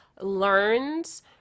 learns